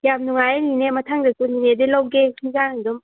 ꯌꯥꯝ ꯅꯨꯡꯉꯥꯏꯔꯦ ꯅꯦꯅꯦ ꯃꯊꯪꯗꯁꯨ ꯅꯦꯅꯦꯗꯩ ꯂꯧꯒꯦ ꯏꯟꯖꯥꯡ ꯑꯗꯨꯝ